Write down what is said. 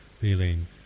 feeling